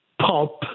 pop